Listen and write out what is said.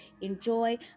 enjoy